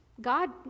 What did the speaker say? God